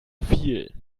viel